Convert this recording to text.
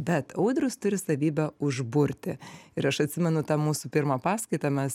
bet audrius turi savybę užburti ir aš atsimenu tą mūsų pirmą paskaitą mes